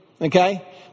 okay